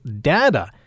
data